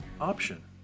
option